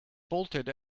bolted